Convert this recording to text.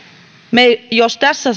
jos tässä